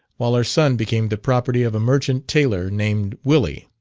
while her son became the property of a merchant tailor named willi.